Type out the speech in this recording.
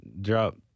drop